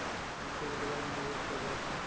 हम शेयर बाजार में निवेश कएले हती